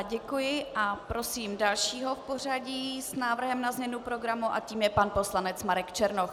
Děkuji a prosím dalšího v pořadí s návrhem na změnu programu a tím je pan poslanec Marek Černoch.